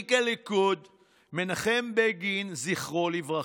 מנהיג הליכוד מנחם בגין, זכרו לברכה?